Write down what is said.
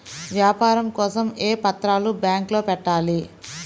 వ్యాపారం కోసం ఏ పత్రాలు బ్యాంక్లో పెట్టాలి?